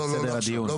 לא, לא עכשיו.